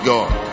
God